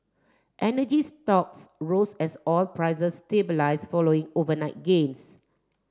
energy stocks rose as oil prices stabilise following overnight gains